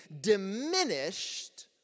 diminished